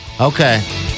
Okay